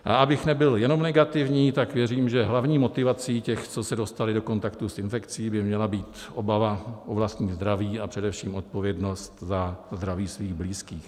A abych nebyl jenom negativní, věřím, že hlavní motivací těch, co se dostali do kontaktu s infekcí, by měla být obava o vlastní zdraví, a především odpovědnost za zdraví svých blízkých.